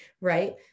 Right